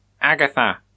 Agatha